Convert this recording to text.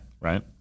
right